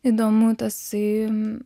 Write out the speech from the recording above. įdomu tasai